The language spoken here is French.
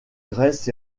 grèce